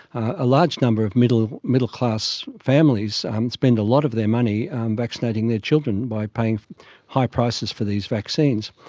a large number of middle of middle class families and spend a lot of their money vaccinating their children by paying high prices for these vaccines.